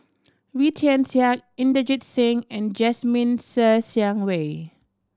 Wee Tian Siak Inderjit Singh and Jasmine Ser Xiang Wei